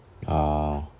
ah